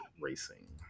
racing